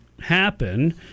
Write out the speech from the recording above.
happen